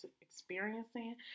experiencing